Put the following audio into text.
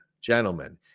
gentlemen